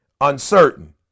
uncertain